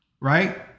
right